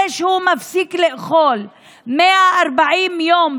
זה שהוא מפסיק לאכול 140 יום.